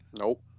Nope